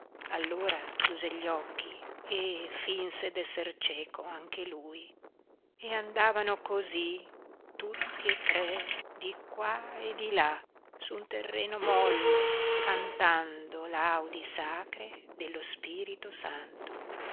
allora chiuse gli occhi e finse d'esser cieco anche lui e andavano cosí tutti e tre di qua e di là su un terreno molle cantando le laudi sacre dello spirito santo